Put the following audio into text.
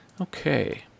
Okay